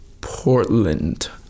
Portland